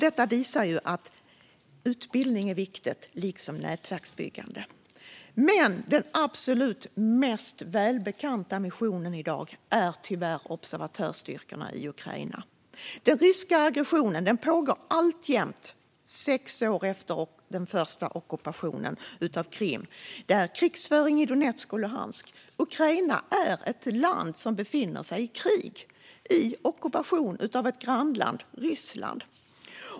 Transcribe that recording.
Det visar att utbildning är viktigt, liksom nätverksbyggande. Men den absolut mest välbekanta missionen i dag är tyvärr observatörsstyrkorna i Ukraina. Den ryska aggressionen pågår alltjämt, sex år efter den första ockupationen av Krim. Det är krigföring i Donetsk och Luhansk. Ukraina är ett land som befinner sig i krig och under ockupation av ett grannland, Ryssland.